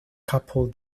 couple